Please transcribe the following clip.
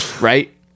right